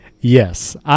Yes